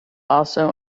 also